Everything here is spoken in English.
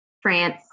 France